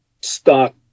stock